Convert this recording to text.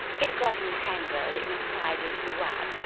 it got entangled in a spider's web,